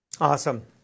Awesome